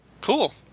Cool